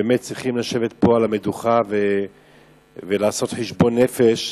באמת צריכים לשבת פה על המדוכה ולעשות חשבון נפש,